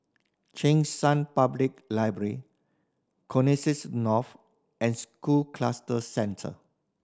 Cheng San Public Library Connexis North and School Cluster Centre